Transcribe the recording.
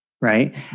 Right